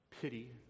pity